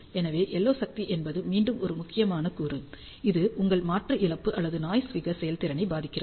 எனவே LO சக்தி என்பது மீண்டும் ஒரு முக்கியமான கூறு இது உங்கள் மாற்று இழப்பு மற்றும் நாய்ஸ் ஃபிகர் செயல்திறனைப் பாதிக்கிறது